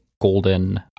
golden